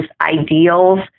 ideals